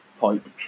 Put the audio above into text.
pipe